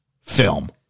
film